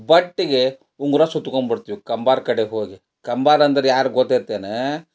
ಬಟ್ಟಿಗೆ ಉಂಗುರ ಸುತ್ಕೊಂಬಿಡ್ತೀವಿ ಕಂಬಾರ ಕಡೆಗೆ ಹೋಗಿ ಕಂಬಾರ ಅಂದರೆ ಯಾರು ಗೊತ್ತೈತೇನು